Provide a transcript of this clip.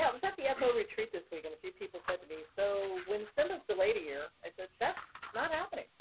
ah i was at the fo retreat this week and a few people said to me so when simba is delayed a year. i said, that's not happening.